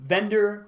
Vendor